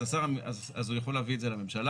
אז הוא יכול להביא את זה לממשלה.